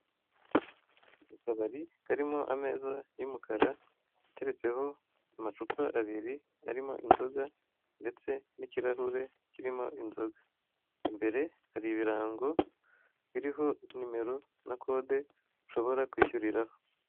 Akabari karimo ameza y'umukara, ateretseho amacupa abiri arimo inzoga ndetse n'ikirahure kirimo inzoga. Imbere hari ibirango, biriho nimero na kode ushobora kwishyuriraho.